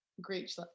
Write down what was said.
great